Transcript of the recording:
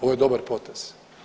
Ovo je dobar potez.